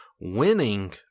winning